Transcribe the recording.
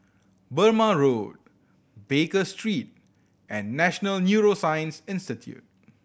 Burmah Road Baker Street and National Neuroscience Institute